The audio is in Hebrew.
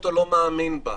גרוטו לא מאמין בה.